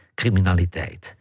criminaliteit